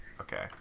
Okay